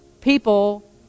people